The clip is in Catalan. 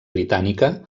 britànica